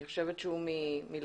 אני חושבת שהוא מ --- מגער.